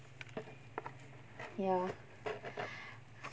ya